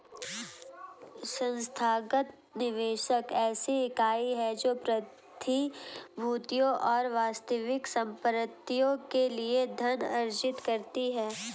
संस्थागत निवेशक ऐसी इकाई है जो प्रतिभूतियों और वास्तविक संपत्तियों के लिए धन अर्जित करती है